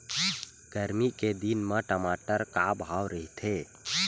गरमी के दिन म टमाटर का भाव रहिथे?